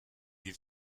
des